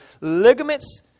ligaments